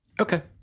Okay